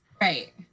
Right